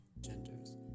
genders